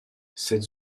cette